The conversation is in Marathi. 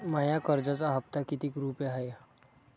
माया कर्जाचा हप्ता कितीक रुपये हाय?